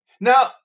Now